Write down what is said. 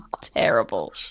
Terrible